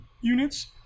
units